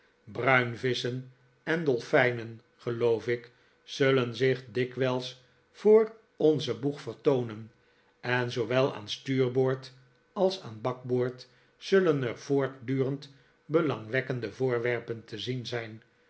leiden bruinvisschen en dolfijnen geloof ik zullen zich dikwijls voor onzen boeg vertoonen en zoowel aan stuurboord als aan bakboord zullen er voortdurend belangwekkende voorwerpen te zien zijn